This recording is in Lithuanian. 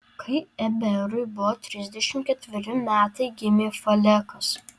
kai eberui buvo trisdešimt ketveri metai gimė falekas